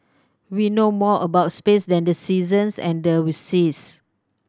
we know more about space than the seasons and the seas